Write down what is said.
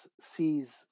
sees